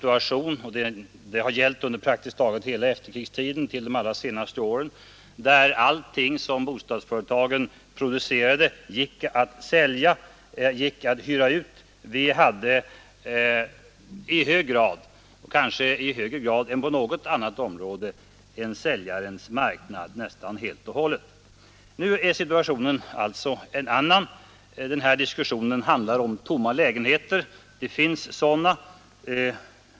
Under praktiskt taget hela efterkrigstiden har situationen varit den att allting som bostadsföretagen producerade gick att hyra ut. Vi hade i högre grad än på något annat område en säljarens marknad. Nu är situationen alltså en annan. Den här diskussionen handlar om tomma lägenheter — det finns sådana.